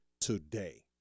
today